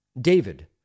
David